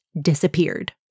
disappeared